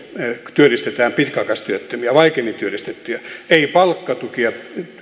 työllistetään pitkäaikaistyöttömiä vaikeimmin työllistettäviä ei palkkatukea